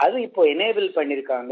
அத இப்ப இனேபில் பண்ணியிருக்காங்க